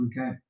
Okay